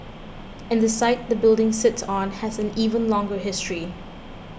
and the site the building sits on has an even longer history